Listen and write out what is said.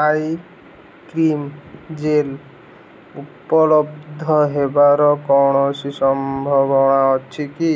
I cream gel ଉପଲବ୍ଧ ହେବାର କୌଣସି ସମ୍ଭାବନା ଅଛି କି